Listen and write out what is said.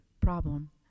problem